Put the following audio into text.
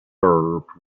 served